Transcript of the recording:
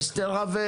אוסנת רווה,